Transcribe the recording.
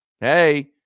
Hey